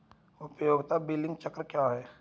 उपयोगिता बिलिंग चक्र क्या है?